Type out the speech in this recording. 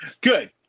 Good